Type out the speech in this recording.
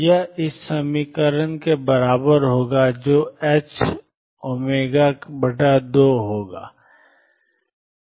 यह 28m2mω12m22mω होगा जो ℏω2 होगा